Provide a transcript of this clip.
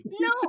no